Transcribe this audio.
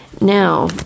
Now